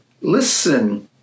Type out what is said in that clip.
Listen